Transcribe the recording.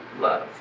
love